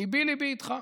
ליבי ליבי איתך.